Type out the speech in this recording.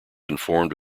informed